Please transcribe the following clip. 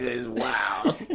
wow